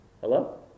Hello